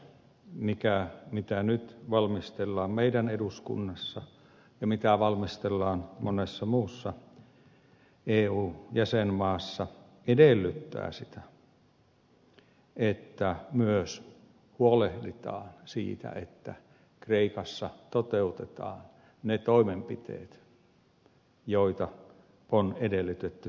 tämä päätös mitä nyt valmistellaan meidän eduskunnassamme ja mitä valmistellaan monessa muussa eu jäsenmaassa edellyttää sitä että myös huolehditaan siitä että kreikassa toteutetaan ne toimenpiteet joita on edellytetty sen tekevän